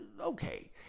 okay